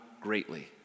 greatly